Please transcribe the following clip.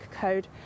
code